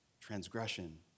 transgression